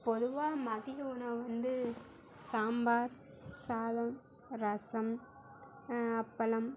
பொதுவாக மதிய உணவு வந்து சாம்பார் சாதம் ரசம் அப்பளம்